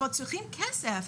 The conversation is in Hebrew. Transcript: אבל צריכים כסף.